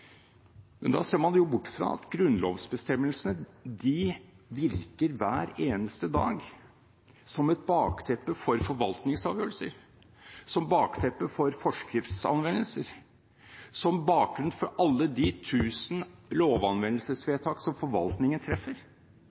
Men da ser man bort fra at grunnlovsbestemmelsene virker hver eneste dag som et bakteppe for forvaltningsavgjørelser, som bakteppe for forskriftsanvendelser, som bakgrunn for alle de tusen lovanvendelsesvedtak som forvaltningen treffer.